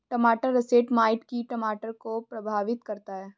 टमाटर russet mite कीट टमाटर को प्रभावित करता है